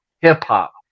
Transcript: hip-hop